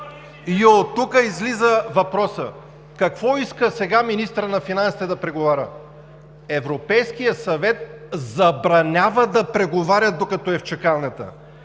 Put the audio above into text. Оттук излиза въпросът: какво иска сега министърът на финансите да преговаря? Европейският съвет забранява да преговаря, докато е в чакалнята!